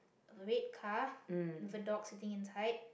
a red car with a dog sitting inside